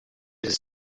his